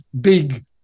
big